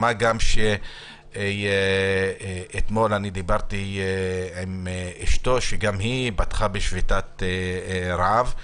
דיברתי אתמול עם אשתו, שגם היא פתחה בשביתת רעב.